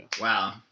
Wow